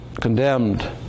condemned